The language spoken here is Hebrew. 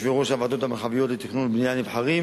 יושבי-ראש הוועדות המרחביות לתכנון ובנייה נבחרים